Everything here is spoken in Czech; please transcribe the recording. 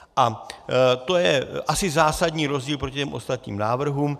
A to je asi zásadní rozdíl proti těm ostatním návrhům.